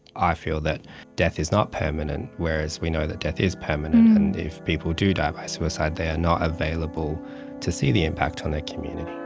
i feel, that death is not permanent, whereas we know that death is permanent, and if people do die by suicide, they are not available to see the impact on their community.